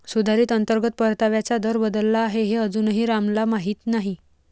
सुधारित अंतर्गत परताव्याचा दर बदलला आहे हे अजूनही रामला माहीत नाही